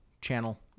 channel